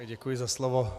Děkuji za slovo.